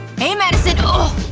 hey madison oof!